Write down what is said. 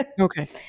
okay